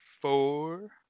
four